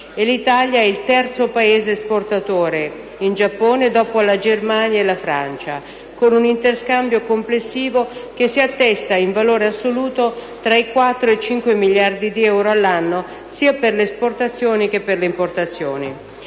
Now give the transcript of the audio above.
l'Italia è il terzo Paese esportatore in Giappone dopo la Germania e la Francia, con un interscambio complessivo che si attesta in valore assoluto tra i 4 e i 5 miliardi di euro all'anno, sia per le esportazioni sia per le importazioni.